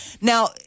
now